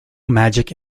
magic